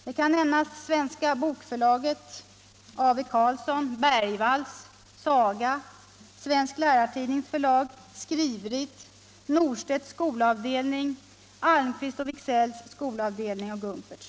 Här kan nämnas Svenska Bokförlaget, A. V. Carlsson, Bergvalls, Saga, Svensk Lärartidnings förlag, Skrivrit, Norstedts skolavdelning, Almqvist & Wiksells skolavdelning och Gumperts.